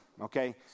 okay